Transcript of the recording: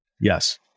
Yes